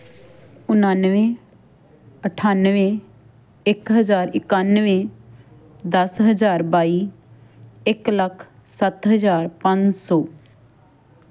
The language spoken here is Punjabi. ਉਣਾਨਵੇਂ ਅਠਾਨਵੇਂ ਇੱਕ ਹਜ਼ਾਰ ਇਕਾਨਵੇਂ ਦਸ ਹਜ਼ਾਰ ਬਾਈ ਇੱਕ ਲੱਖ ਸੱਤ ਹਜ਼ਾਰ ਪੰਜ ਸੌ